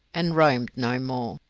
and roamed no more.